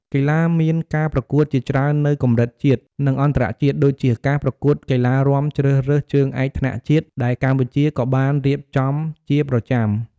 កីឡារមានការប្រកួតជាច្រើននៅកម្រិតជាតិ និងអន្តរជាតិ ដូចជា ការប្រកួតកីឡារាំជ្រើសរើសជើងឯកថ្នាក់ជាតិ ដែលកម្ពុជាក៏បានរៀបចំជាប្រចាំ។